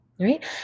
Right